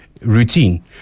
routine